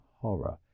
horror